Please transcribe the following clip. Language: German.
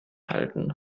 halten